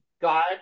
God